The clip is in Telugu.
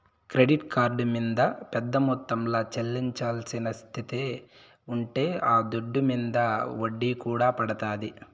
క్రెడిట్ కార్డు మింద పెద్ద మొత్తంల చెల్లించాల్సిన స్తితే ఉంటే ఆ దుడ్డు మింద ఒడ్డీ కూడా పడతాది